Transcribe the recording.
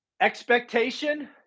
Expectation